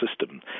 system